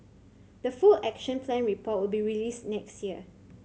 the full Action Plan report will be released next year